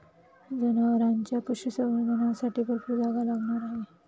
जनावरांच्या पशुसंवर्धनासाठी भरपूर जागा लागणार आहे